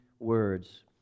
words